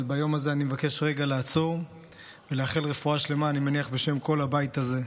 אבל ביום הזה אני מבקש רגע לעצור ולאחל רפואה שלמה בשם כל הבית הזה,